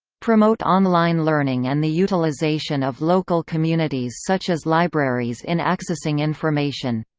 promote online learning and the utilization of local communities such as libraries in accessing information